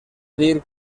dir